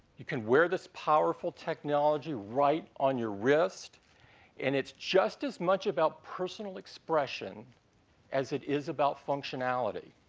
you can wear this powerful technology right on your wrist and it's just as much about personal expression as it is about functionality.